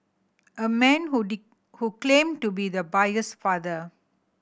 a man who who claimed to be the buyer's father